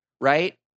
right